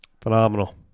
Phenomenal